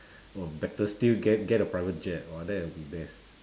or better still get get a private jet !wah! that'll be best